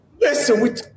Listen